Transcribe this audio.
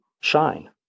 shine